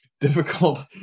difficult